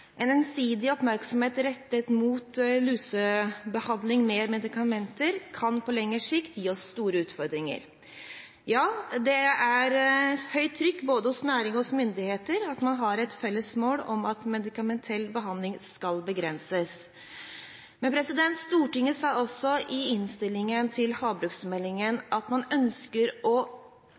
En ensidig oppmerksomhet rettet mot lusebehandling med medikamenter kan på lengre sikt gi oss store utfordringer. Det er høyt trykk både hos næringen og hos myndigheter, og man har et felles mål om at medikamentell behandling skal begrenses. Stortinget sa også i innstillingen til havbruksmeldingen at man ønsker å